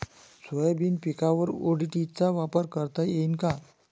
Soybean पिकावर ODT चा वापर करता येईन का?